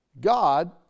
God